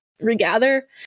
regather